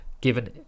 given